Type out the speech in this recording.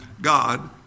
God